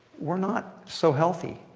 we're not so healthy.